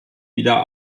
wieder